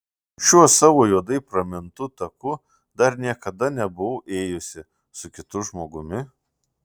šiuo savo juodai pramintu taku dar niekada nebuvau ėjusi su kitu žmogumi